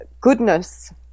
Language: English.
goodness